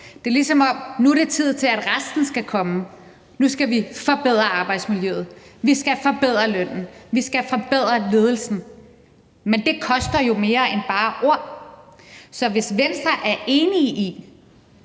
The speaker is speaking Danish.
det er, ligesom om det nu er tid til, at resten skal komme. Nu skal vi forbedre arbejdsmiljøet, vi skal forbedre lønnen, vi skal forbedre ledelsen, men det koster jo mere end bare ord. Så hvis Venstre er enig i,